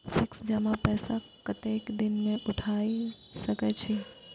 Fix जमा पैसा कतेक दिन में उठाई सके छी?